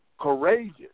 courageous